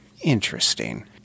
Interesting